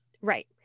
Right